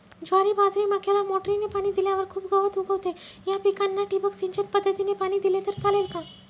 ज्वारी, बाजरी, मक्याला मोटरीने पाणी दिल्यावर खूप गवत उगवते, या पिकांना ठिबक सिंचन पद्धतीने पाणी दिले तर चालेल का?